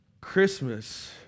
Christmas